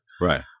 Right